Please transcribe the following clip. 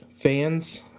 fans